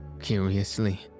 curiously